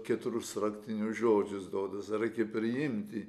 keturis raktinius žodžius duoda reikia priimti